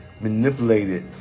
manipulated